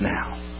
now